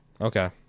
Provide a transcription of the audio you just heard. Okay